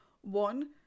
One